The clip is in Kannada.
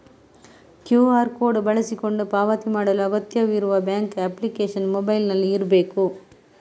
ಕ್ಯೂಆರ್ ಕೋಡು ಬಳಸಿಕೊಂಡು ಪಾವತಿ ಮಾಡಲು ಅಗತ್ಯವಿರುವ ಬ್ಯಾಂಕ್ ಅಪ್ಲಿಕೇಶನ್ ಮೊಬೈಲಿನಲ್ಲಿ ಇರ್ಬೇಕು